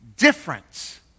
Difference